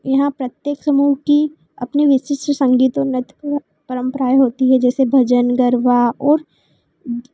यहाँ प्रत्येक समूह की अपनी विशिष्ट संगीतों नर्तर्कों परंपराएँ होती हैं जैसे भजन गरबा और